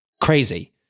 crazy